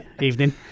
Evening